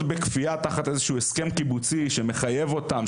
בכפייה תחת איזשהו הסכם קיבוצי שמחייב אותם,